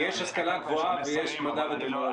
כי יש השכלה ויש מדע וטכנולוגיה.